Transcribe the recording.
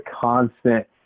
constant